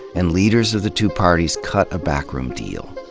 and leaders of the two parties cut a backroom deal.